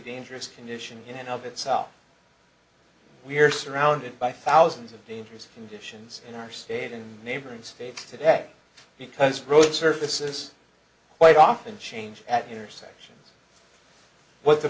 dangerous condition in and of itself we're surrounded by thousands of dangerous conditions in our state and neighboring states today because road surfaces quite often change at intersections what the